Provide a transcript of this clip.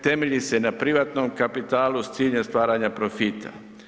Temelji se na privatnom kapitalu s ciljem stvaranja profita.